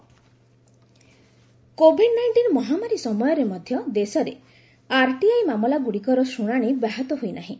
RTI disposal COVID nineteen ମହାମାରୀ ସମୟରେ ମଧ୍ୟ ଦେଶରେ ଆର୍ଟିଆଇ ମାମଲାଗୁଡ଼ିକର ଶୁଣାଣି ବ୍ୟାହତ ହୋଇନାହିଁ